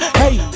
hey